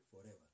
forever